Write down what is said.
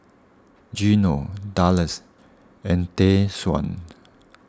Geno Dallas and Tayshaun